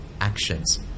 actions